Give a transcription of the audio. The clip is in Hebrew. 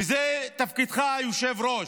וזה תפקידך, היושב-ראש,